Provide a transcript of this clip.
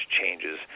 changes